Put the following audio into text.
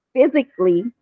physically